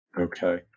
Okay